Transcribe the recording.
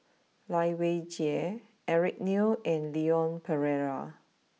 Lai Weijie Eric Neo and Leon Perera